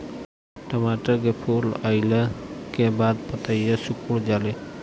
टमाटर में फूल अईला के बाद पतईया सुकुर जाले?